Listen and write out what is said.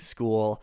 School